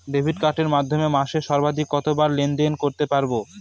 Debit কার্ডের মাধ্যমে মাসে সর্বাধিক কতবার লেনদেন করতে পারবো?